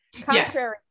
contrary